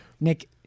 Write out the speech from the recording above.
Nick